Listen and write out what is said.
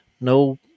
no